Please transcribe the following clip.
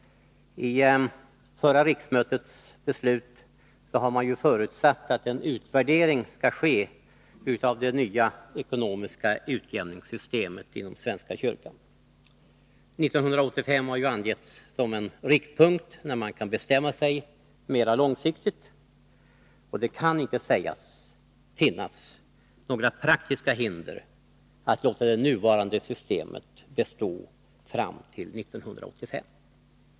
I förra riksmötets beslut har ju förutsatts att en utvärdering skall ske av det nya ekonomiska utjämningssystemet inom svenska kyrkan. 1985 har angetts som riktpunkt för ett mera långsiktigt beslut. Det kan inte sägas att det finns några praktiska hinder att låta det nuvarande systemet bestå fram till 1985.